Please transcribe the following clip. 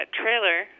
trailer